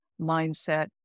mindset